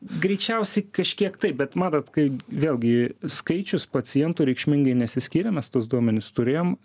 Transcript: greičiausiai kažkiek taip bet matot kai vėlgi skaičius pacientų reikšmingai nesiskyrė mes tuos duomenis turėjom